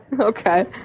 Okay